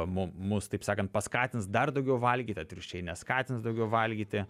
mu mus taip sakant paskatins dar daugiau valgyt atvirkščiai neskatins daugiau valgyti